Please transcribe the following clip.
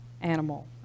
animal